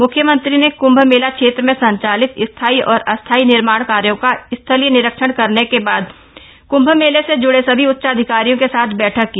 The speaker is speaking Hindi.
मुख्यमंत्री ने कुम्भ मेला क्षेत्र में संचालित स्थायी और अस्थायी निर्माण कार्यों का स्थलीय निरीक्षण करने के बाद क्म्भ मेले से जुड़े सभी उच्चाधिकारियों के साथ बैठक की